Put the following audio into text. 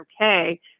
Okay